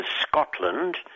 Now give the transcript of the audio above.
Scotland